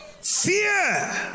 fear